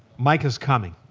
like is coming.